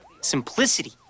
Simplicity